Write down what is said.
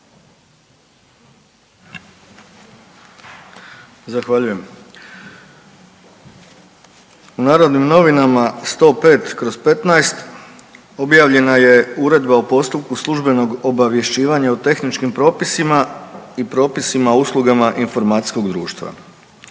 Zahvaljujem. U Narodnim novinama 105/15 objavljena je Uredba o postupku službenog obavješćivanja o tehničkim propisima i propisima o usluga informacijskog društva.